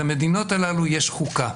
למדינות הללו יש חוקה.